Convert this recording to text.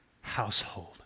household